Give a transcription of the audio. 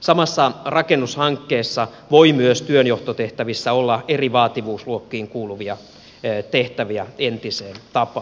samassa rakennushankkeessa voi myös työnjohtotehtävissä olla eri vaativuusluokkiin kuuluvia tehtäviä entiseen tapaan